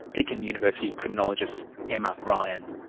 deakin university criminologist emma ryan.